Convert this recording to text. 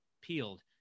peeled